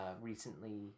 recently